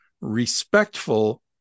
respectful